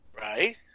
Right